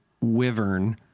Wyvern